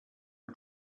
and